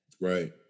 right